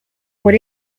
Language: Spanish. por